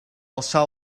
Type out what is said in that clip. alçar